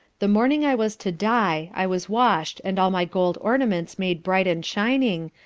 the morning i was to die, i was washed and all my gold ornaments made bright and shining,